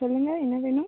சொல்லுங்கள் என்ன வேணும்